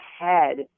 ahead